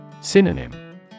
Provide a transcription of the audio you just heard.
Synonym